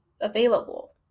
available